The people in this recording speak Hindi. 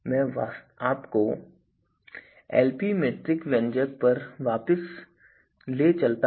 तो मैं आपको Lp मीट्रिक व्यंजक पर वापस ले चलता हूं